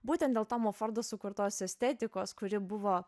būtent dėl tomo fordo sukurtos estetikos kuri buvo